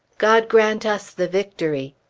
god grant us the victory!